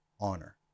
honor